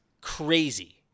crazy